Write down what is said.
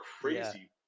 crazy